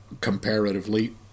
comparatively